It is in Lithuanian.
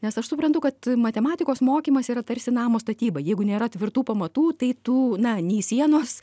nes aš suprantu kad matematikos mokymas yra tarsi namo statyba jeigu nėra tvirtų pamatų tai tų na nei sienos